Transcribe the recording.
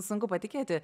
sunku patikėti